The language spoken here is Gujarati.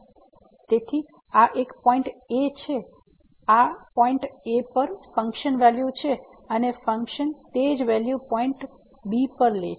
તેથી આ એક પોઈન્ટ a છે તેથી આ પોઈન્ટ a પર ફંકશન વેલ્યુ છે અને ફંક્શન તે જ વેલ્યુ પોઈન્ટ b પર લે છે